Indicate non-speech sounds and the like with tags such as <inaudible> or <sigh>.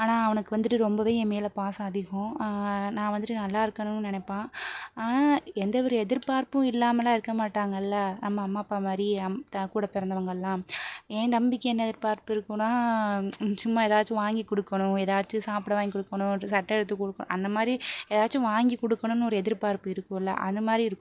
ஆனால் அவனுக்கு வந்துட்டு ரொம்பவே என் மேலே பாசம் அதிகம் நான் வந்துட்டு நல்லா இருக்கணும்னு நினப்பான் ஆனால் எந்தவொரு எதிர்பார்ப்பும் இல்லாமல் எல்லாம் இருக்க மாட்டாங்கள்ல நம்ம அம்மா அப்பா மாதிரி அம் த கூட பிறந்தவங்கல்லாம் என் தம்பிக்கு என்ன எதிர்பார்ப்பு இருக்கும்னால் சும்மா ஏதாச்சும் வாங்கிக் கொடுக்கணும் ஏதாச்சும் சாப்பிட வாங்கிக் கொடுக்கணும் <unintelligible> சட்டை எடுத்துக் கொடுக்க அந்தமாதிரி ஏதாச்சும் வாங்கிக் கொடுக்கணும்னு ஒரு எதிர்பார்ப்பு இருக்கும்ல அந்தமாதிரி இருக்கும்